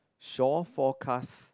shore forecast